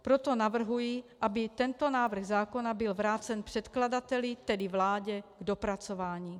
Proto navrhuji, aby tento návrh zákona byl vrácen předkladateli, tedy vládě, k dopracování.